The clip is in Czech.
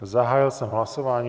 Zahájil jsem hlasování.